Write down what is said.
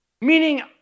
Meaning